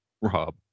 Rob